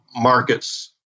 markets